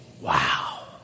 wow